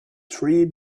tree